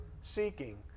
seeking